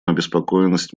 обеспокоенность